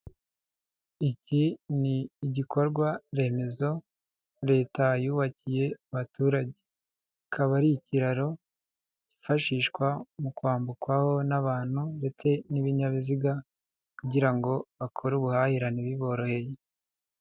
Iki ni igikorwa remezo, leta yubakiye abaturage, akaba ari ikiraro, cyifashishwa mu kwambukwaho n'abantu ndetse n'ibinyabiziga kugira ngo bakore ubuhahirane biboroheye.